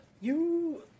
you-